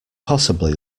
possibly